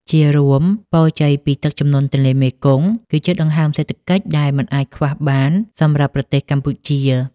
ជារួម ពរជ័យពីទឹកជំនន់ទន្លេមេគង្គ គឺជាដង្ហើមសេដ្ឋកិច្ចដែលមិនអាចខ្វះបានសម្រាប់ប្រទេសកម្ពុជា។